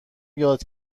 یاد